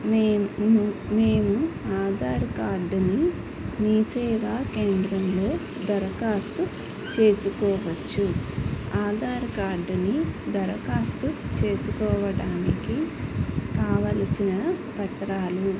మేమ్ మేము ఆధార్ కార్డుని మీసేవా కేంద్రంలో దరఖాస్తు చేసుకోవచ్చు ఆధార్ కార్డుని దరఖాస్తు చేసుకోవడానికి కావలసిన పత్రాలు